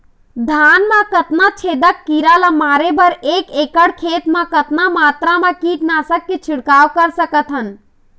धान मा कतना छेदक कीरा ला मारे बर एक एकड़ खेत मा कतक मात्रा मा कीट नासक के छिड़काव कर सकथन?